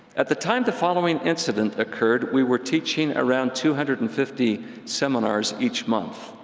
at the time the following incident occurred, we were teaching around two hundred and fifty seminars each month.